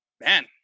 man